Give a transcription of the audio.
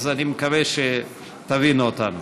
אז אני מקווה שתבינו אותנו.